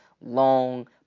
long